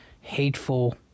hateful